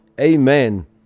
amen